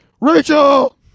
Rachel